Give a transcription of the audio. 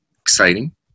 exciting